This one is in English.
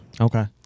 Okay